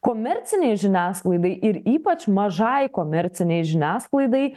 komercinei žiniasklaidai ir ypač mažai komercinei žiniasklaidai